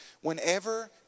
Whenever